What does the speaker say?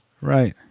right